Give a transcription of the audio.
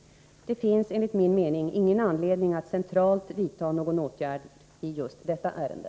Det finns enligt min mening ingen anledning att centralt vidta någon åtgärd i just detta ärende.